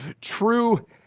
true